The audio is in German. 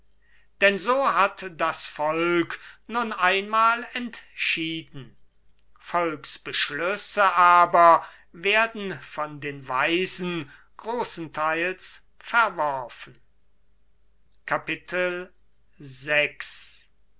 denn so hat das volk entschieden volksbeschlüsse aber werden von den weisen großentheils verworfen